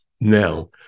Now